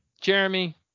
Jeremy